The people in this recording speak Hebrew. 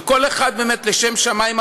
וכל אחד באמת לשם שמים,